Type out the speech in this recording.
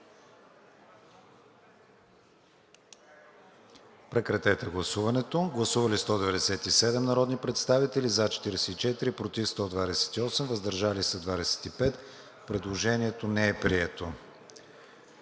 иска прегласуване. Гласували 188 народни представители: за 40, против 123, въздържали се 25. Предложението не е прието.